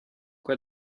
quoi